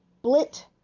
Split